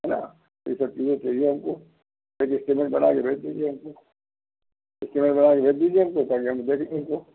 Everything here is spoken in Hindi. है ना ये सब चीज़े चाहिए हम को एक इस्टेटमेंट बना के भेज दीजिए हम को इस्टेटमेंट बना के भेज दीजिए हम को पढ़ लेंगे दे दीजिए हम को